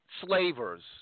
Slavers